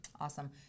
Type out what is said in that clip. Awesome